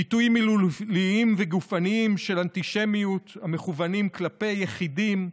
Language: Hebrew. ביטויים מילוליים וגופניים של אנטישמיות המכוונים כלפי יחידים,